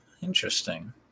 Interesting